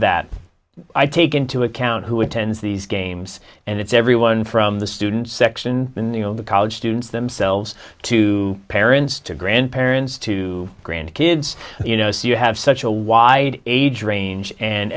that i take into account who attends these games and it's everyone from the student section in the you know the college students themselves to parents to grandparents to grand kids you know so you have such a wide age range and